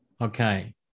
Okay